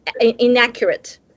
inaccurate